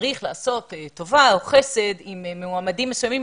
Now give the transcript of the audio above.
צריך לעשות טובה או חסד עם מועמדים מסוימים.